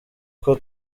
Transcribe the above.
kuko